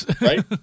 Right